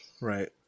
Right